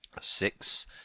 Six